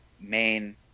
main